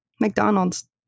McDonald's